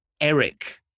Eric